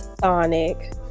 Sonic